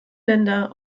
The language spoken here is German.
länder